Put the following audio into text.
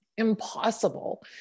impossible